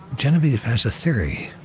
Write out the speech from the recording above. genevieve has a theory.